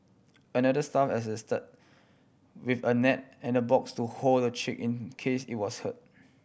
another staff assisted with a net and a box to hold the chick in case it was hurt